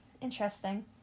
Interesting